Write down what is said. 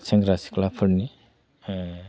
सेंग्रा सिख्लाफोरनि